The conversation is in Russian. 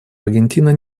аргентина